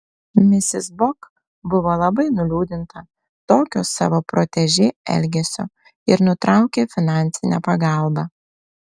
misis bok buvo labai nuliūdinta tokio savo protežė elgesio ir nutraukė finansinę pagalbą